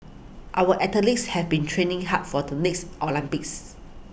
our athletes have been training hard for the next Olympics